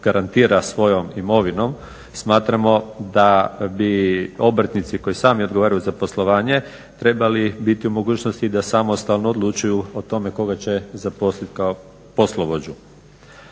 garantira svojom imovinom smatramo da bi obrtnici koji sami odgovaraju za poslovanje trebali biti u mogućnosti da samostalno odlučuju o tome koga će zaposliti kao poslovođu.